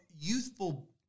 youthful